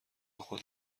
خود